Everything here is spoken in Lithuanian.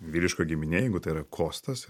vyriška giminė jeigu tai yra kostas